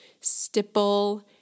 Stipple